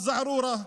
א-זערורה,